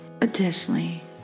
Additionally